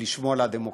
בשמירה על הדמוקרטיה.